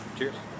Cheers